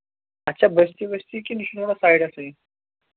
اَتہِ چھا بٔستی ؤستی کِنہٕ یہِ چھُ تھوڑا سایڈَسٕے